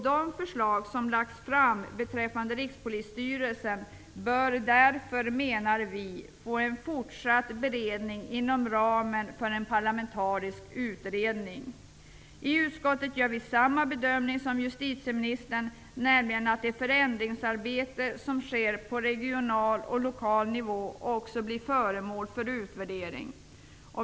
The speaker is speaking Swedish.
De förslag som lagts fram beträffande Rikspolisstyrelsen bör därför enligt vår mening få en fortsatt beredning inom ramen för en parlamentarisk utredning. I utskottet gör vi samma bedömning som justitieministern. Det förändringsarbete som sker på regional och lokal nivå bör också bli föremål för utvärdering.